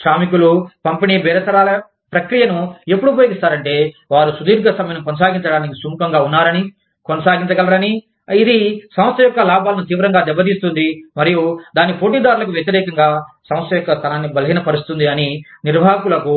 శ్రామికులు పంపిణీ బేరసారాలప్రక్రియను ఎపుడు ఉపయోగిస్తారంటేవారు సుదీర్ఘ సమ్మెను కొనసాగించటానికి సుముఖంగా ఉన్నారని కొనసాగించగలరని ఇది సంస్థ యొక్క లాభాలను తీవ్రంగా దెబ్బతీస్తుంది మరియు దాని పోటీదారులకు వ్యతిరేకంగా సంస్థ యొక్క స్థానాన్ని బలహీనపరుస్తుంది అని నిర్వహకులను